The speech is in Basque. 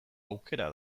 aukera